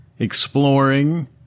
Exploring